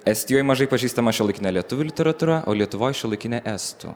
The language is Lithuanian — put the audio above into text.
estijoj mažai pažįstama šiuolaikinė lietuvių literatūra o lietuvoj šiuolaikinė estų